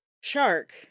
shark